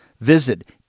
Visit